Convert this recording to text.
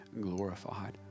glorified